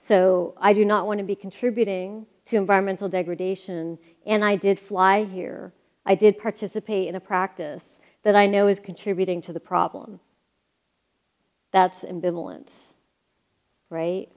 so i do not want to be contributing to environmental degradation and i did fly here i did participate in a practice that i know is contributing to the problem that's ambivalen